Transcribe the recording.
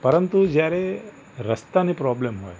પરંતુ જ્યારે રસ્તાની પ્રોબ્લેમ હોય